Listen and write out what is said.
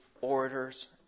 orators